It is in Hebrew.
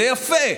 זה יפה.